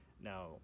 Now